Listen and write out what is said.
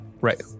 right